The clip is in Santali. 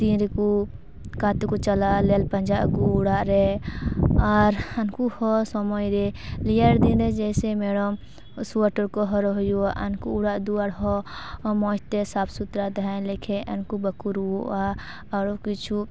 ᱛᱤᱱ ᱨᱤᱠᱩ ᱚᱠᱟ ᱛᱮᱠᱚ ᱪᱟᱞᱟᱜᱼᱟ ᱧᱮᱞ ᱯᱟᱸᱡᱟ ᱟᱹᱜᱩ ᱚᱲᱟᱜ ᱨᱮ ᱟᱨ ᱦᱟᱹᱱᱠᱩ ᱦᱚᱸ ᱥᱳᱢᱳᱭ ᱨᱮ ᱨᱮᱭᱟᱲ ᱫᱤᱱ ᱨᱮ ᱡᱮᱥᱮ ᱢᱮᱨᱚᱢ ᱥᱳᱭᱳᱴᱟᱨ ᱠᱚ ᱦᱚᱨᱚᱜ ᱦᱩᱭᱩᱜᱼᱟ ᱟᱱᱠᱩ ᱚᱲᱟᱜ ᱫᱩᱭᱟᱹᱨ ᱦᱚᱸ ᱢᱚᱡᱽ ᱛᱮ ᱥᱟᱯ ᱥᱩᱛᱨᱮ ᱛᱟᱦᱮᱱ ᱞᱮᱠᱷᱟᱡ ᱩᱱᱠᱩ ᱵᱟᱠᱚ ᱨᱩᱣᱟᱹᱜᱼᱟ ᱟᱨᱚ ᱠᱤᱪᱷᱩ